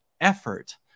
effort